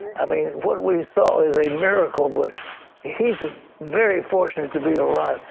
i mean what we saw is a miracle, but he is very fortunate to be alive.